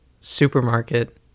supermarket